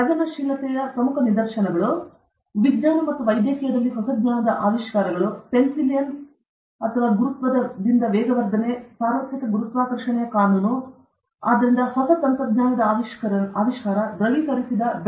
ಸೃಜನಶೀಲತೆಯ ಪ್ರಮುಖ ನಿದರ್ಶನಗಳು ವಿಜ್ಞಾನ ಮತ್ತು ವೈದ್ಯಕೀಯದಲ್ಲಿ ಹೊಸ ಜ್ಞಾನದ ಆವಿಷ್ಕಾರಗಳು ಪೆನ್ಸಿಲಿನ್ ಸರಿ ಅಥವಾ ಗುರುತ್ವದಿಂದ ವೇಗವರ್ಧನೆ ಸಾರ್ವತ್ರಿಕ ಗುರುತ್ವಾಕರ್ಷಣೆಯ ಕಾನೂನು fm ಗ್ರಾಂ 1 m 2 ರಿಂದ r ಚೌ ಚೌಕಕ್ಕೆ ಸಮನಾಗಿರುತ್ತದೆ ಇದು ಎರಡು ವಸ್ತುಗಳ ದ್ರವ್ಯರಾಶಿಗೆ ನೇರವಾಗಿ ಅನುಪಾತದಲ್ಲಿದೆ